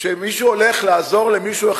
כשמישהו הולך לעזור למישהו,